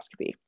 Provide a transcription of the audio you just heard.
endoscopy